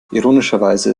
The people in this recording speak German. ironischerweise